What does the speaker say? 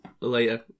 later